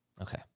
Okay